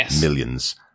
millions